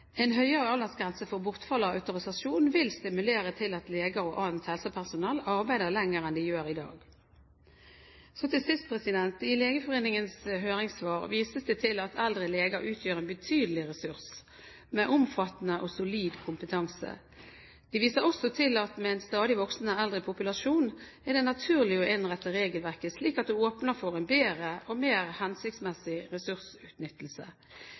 En høyere aldersgrense for bortfall av autorisasjon vil stimulere til at leger og annet helsepersonell arbeider lenger enn de gjør i dag. Så til sist: I Legeforeningens høringssvar vises det til at eldre leger utgjør en betydelig ressurs, med omfattende og solid kompetanse. Vi viser også til at med en stadig voksende eldre populasjon, er det naturlig å innrette regelverket slik at det åpner for en bedre og mer hensiktsmessig ressursutnyttelse.